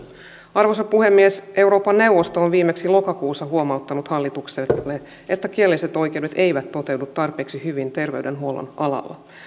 arvoisa puhemies euroopan neuvosto on viimeksi lokakuussa huomauttanut hallitukselle että kielelliset oikeudet eivät toteudu tarpeeksi hyvin terveydenhuollon alalla